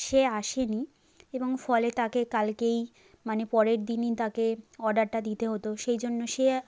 সে আসে নি এবং ফলে তাকে কালকেই মানে পরের দিনই তাকে অর্ডারটা দিতে হতো সেই জন্য সে